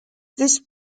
this